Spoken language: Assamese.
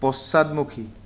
পশ্চাদমুখী